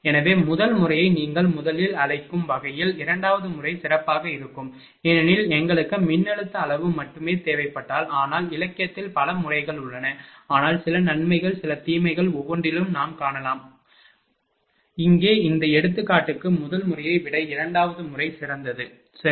எனவே முதல் முறையை நீங்கள் முதலில் அழைக்கும் வகையில் இரண்டாவது முறை சிறப்பாக இருக்கும் ஏனெனில் எங்களுக்கு மின்னழுத்த அளவு மட்டுமே தேவைப்பட்டால் ஆனால் இலக்கியத்தில் பல முறைகள் உள்ளன ஆனால் சில நன்மைகள் சில தீமைகள் ஒவ்வொன்றிலும் நாம் காணலாம் முறை இங்கே இந்த எடுத்துக்காட்டுக்கு முதல் முறையை விட இரண்டாவது முறை சிறந்தது சரி